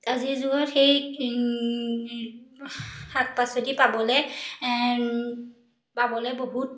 আজিৰ যুগত সেই শাক পাচলি পাবলৈ পাবলৈ বহুত